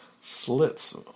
slits